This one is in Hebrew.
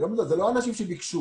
אלה לא אנשים שניגשו